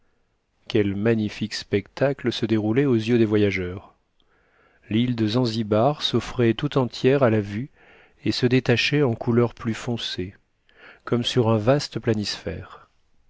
quel magnifique spectacle se déroulait aux yeux des voyageurs l'île de zanzibar s'offrait tout entière à la vue et se détachait en couleur plus foncée comme sur un vaste